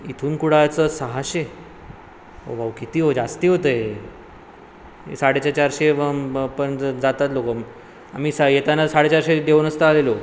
इथून कुडाळचं सहाशे ओ भाऊ किती ओ जास्त होत आहे हे साडे चे चारशे पण जर जातात लोकं आम्ही सा येताना साडे चारशे देऊनच तर आलेलो